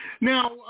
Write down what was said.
Now